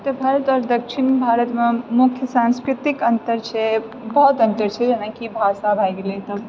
उत्तर भारत आओर दक्षिण भारतमे मुख्य सांस्कृतिक अन्तर छै बहुत अन्तर छै जेनाकि भाषा भए गेलै तऽ